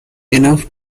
enough